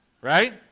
Right